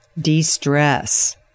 de-stress